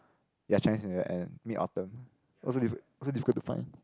ya Chinese New Year and Mid Autumn why so why so difficult to find